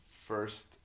first